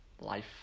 life